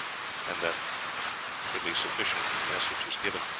and that should be sufficient if the message is given.